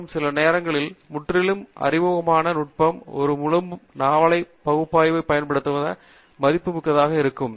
மற்றும் சில நேரங்களில் முற்றிலும் அறிமுகமான நுட்பம் ஒரு முழு நாவலைப் பகுப்பாய்வில் பயன்படுத்தப்பட்டு மதிப்புமிக்கதாக இருக்கும்